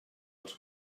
els